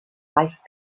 reicht